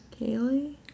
Kaylee